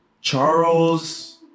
Charles